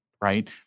right